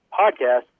Podcast